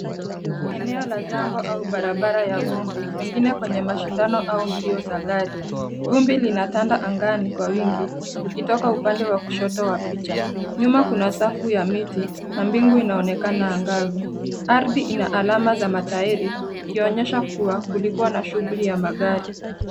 Eneo la jangwa au barabara ya vumbi, pengine kwenye mashindano au mbio za gari. Vumbi linatanda angani kwa wingi, likitoka upande wa kushoto wa picha. Nyuma kuna safu ya miti, na mbingu inaonekana angavu. Ardhi ina alama za matairi, ikionyesha kua kulikua na shughuli ya magari.